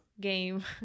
game